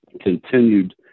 continued